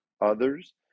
Others